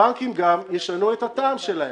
הבנקים גם ישנו את הטעם שלהם.